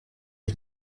ich